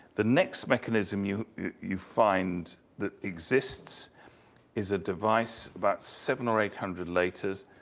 the next mechanism you you find that exists is a device, about seven or eight hundred later.